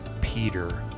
Peter